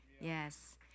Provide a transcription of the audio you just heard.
Yes